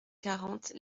quarante